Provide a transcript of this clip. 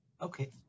Okay